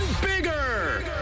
bigger